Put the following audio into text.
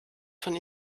von